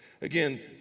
again